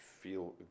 feel